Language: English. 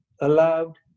allowed